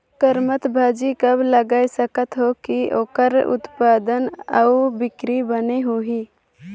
करमत्ता भाजी कब लगाय सकत हो कि ओकर उत्पादन अउ बिक्री बने होही?